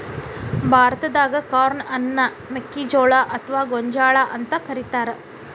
ಭಾರತಾದಾಗ ಕಾರ್ನ್ ಅನ್ನ ಮೆಕ್ಕಿಜೋಳ ಅತ್ವಾ ಗೋಂಜಾಳ ಅಂತ ಕರೇತಾರ